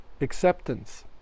acceptance